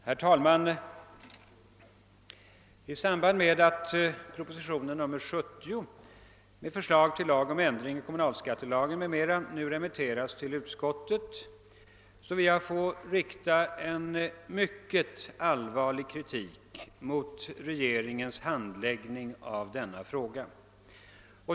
Herr talman! I samband med att proposition nr 70 med förslag till lag om ändring i kommunalskattelagen, m.m., nu remitteras till utskottet vill jag rikta en mycket allvarlig kritik mot regeringens handläggning av denna fråga.